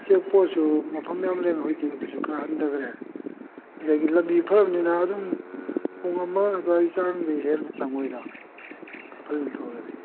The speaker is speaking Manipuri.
ꯆꯦꯛ ꯄꯣꯁꯁꯨ ꯃꯐꯝ ꯃꯌꯥꯝ ꯂꯩꯔꯝꯕꯅꯤ ꯍꯧꯖꯤꯛꯇꯤ ꯑꯗꯨꯁꯨ ꯈꯔ ꯍꯟꯊꯈꯔꯦ ꯑꯗꯒꯤ ꯂꯝꯕꯤ ꯐꯔꯕꯅꯤꯅ ꯑꯗꯨꯝ ꯄꯨꯡ ꯑꯃ ꯑꯗꯨꯋꯥꯏ ꯆꯪꯕꯗꯩ ꯍꯦꯟꯅ ꯆꯪꯉꯣꯏꯗ ꯈꯔ ꯐꯖꯅ ꯊꯧꯔꯗꯤ